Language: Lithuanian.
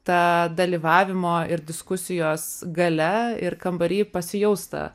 ta dalyvavimo ir diskusijos galia ir kambary pasijaus tą